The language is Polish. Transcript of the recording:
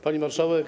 Pani Marszałek!